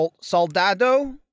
Soldado